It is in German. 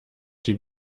die